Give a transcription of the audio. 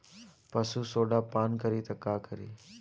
पशु सोडा पान करी त का करी?